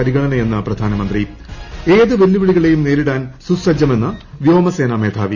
പരിഗണണനയെന്ന് പ്രധാനിമന്ത്രി ഏത് വെല്ലുവിളികളേയും നേരിടാൻ സുസജ്ജമെന്ന് വ്യോമസേനാ മേധാവി